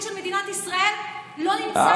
של מדינת ישראל לא נמצא היום בכנסת ישראל.